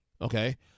Okay